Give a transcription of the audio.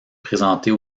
présenter